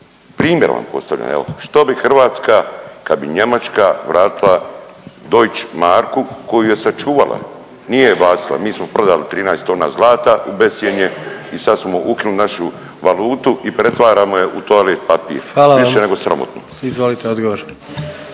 Primjer vam postavljam, evo, što bi Hrvatska kad bi Njemačka vratila Deutsche marku koju je sačuvala, nije je bacila. Mi smo prodali 13 tona zlata u bescjenje i sad smo ukinuli našu valutu i pretvaramo je u toalet papir, više nego sramotno.